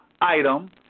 item